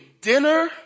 dinner